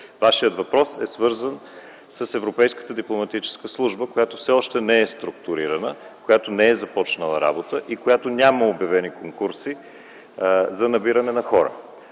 Вашият въпрос е свързан с европейската дипломатическа служба, която все още не е структурирана, която не е започнала работа, и която няма обявени конкурси, за набиране на хора.